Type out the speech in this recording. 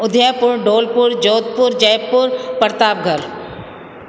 Udaipur Dholpur Jodhpur Jaipur Pratapgarh